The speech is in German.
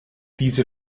diese